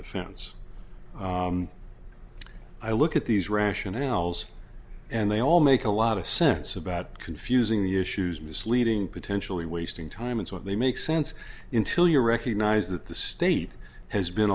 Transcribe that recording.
defense i look at these rationales and they all make a lot of sense about confusing the issues misleading potentially wasting time and what they make sense in till you recognize that the state has been